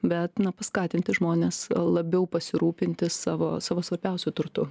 bet na paskatinti žmones labiau pasirūpinti savo savo svarbiausiu turtu